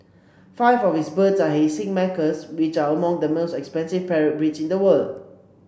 five of his birds are hyacinth macaws which are among the most expensive parrot breeds in the world